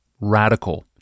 Radical